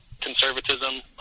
conservatism